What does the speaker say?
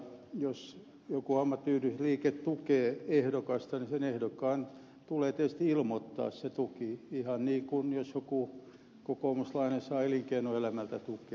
jos joku ammattiyhdistysliike tukee ehdokasta niin ehdokkaan tulee tietysti ilmoittaa se tuki ihan niin kuin jos joku kokoomuslainen saa elinkeinoelämältä tukea